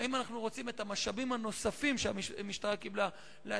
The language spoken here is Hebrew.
האם את המשאבים הנוספים שהמשטרה קיבלה אנחנו רוצים